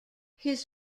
his